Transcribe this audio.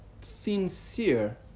sincere